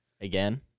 again